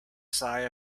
sigh